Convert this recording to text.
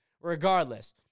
Regardless